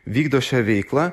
vykdo šią veiklą